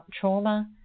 trauma